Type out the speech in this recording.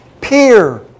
peer